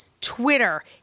Twitter